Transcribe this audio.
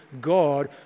God